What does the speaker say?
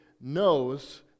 knows